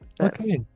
Okay